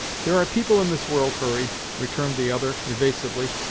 there are people in this world, hurry, returned the other, evasively,